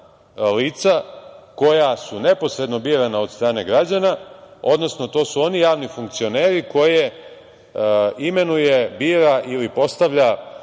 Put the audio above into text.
lica koja su neposredno birana od strane građana, odnosno to su oni javni funkcioneri koje imenuje, bira ili postavlja